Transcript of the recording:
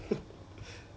not worth it lor